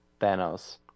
thanos